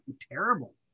terrible